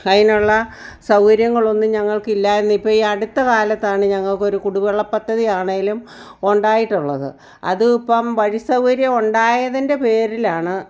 അതിനുള്ള സൗകര്യങ്ങളൊന്നും ഞങ്ങൾക്കില്ലായിരുന്നു ഇപ്പം ഈ അടുത്ത കാലത്താണ് ഞങ്ങൾക്കൊരു കുടിവെള്ള പദ്ധതിയാണേലും ഉണ്ടായിട്ടുള്ളത് അത് ഇപ്പം വഴി സൗകര്യം ഉണ്ടായതിന്റെ പേരിലാണ്